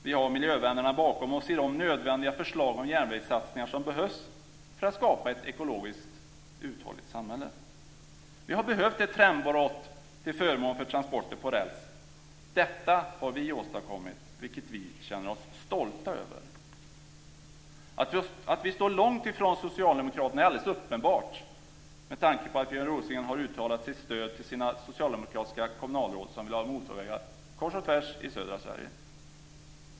Vi har miljövännerna bakom oss i de nödvändiga förslag om järnvägssatsningar som behövs för att skapa ett ekologiskt uthålligt samhälle. Vi har behövt ett trendbrott till förmån för transporter på räls. Detta har vi åstadkommit, vilket vi känner oss stolta över! Att vi står långt ifrån socialdemokraterna är alldeles uppenbart med tanke på att Björn Rosengren har uttalat sitt stöd till sina socialdemokratiska kommunalråd som vill ha motorvägar kors och tvärs i södra Sverige.